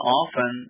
often